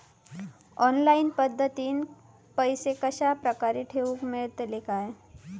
Online पद्धतीन पैसे कश्या प्रकारे ठेऊक मेळतले काय?